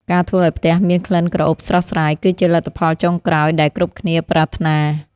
ការធ្វើឱ្យផ្ទះមានក្លិនក្រអូបស្រស់ស្រាយ គឺជាលទ្ធផលចុងក្រោយដែលគ្រប់គ្នាប្រាថ្នា។